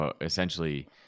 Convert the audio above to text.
essentially